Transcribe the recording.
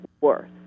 worth